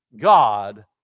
God